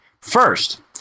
First